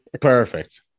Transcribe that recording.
perfect